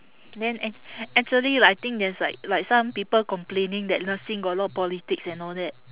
then ac~ actually like I think there's like like some people complaining that nursing got a lot of politics and all that